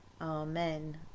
Amen